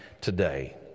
today